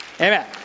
amen